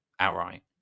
outright